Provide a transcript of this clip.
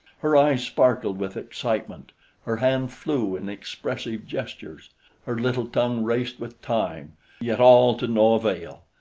her eyes sparkled with excitement her hand flew in expressive gestures her little tongue raced with time yet all to no avail.